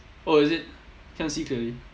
oh is it can't see clearly